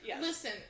Listen